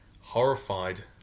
horrified